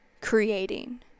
creating